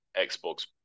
Xbox